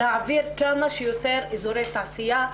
להעביר כמה שיותר אזורי תעשייה,